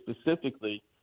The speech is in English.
specifically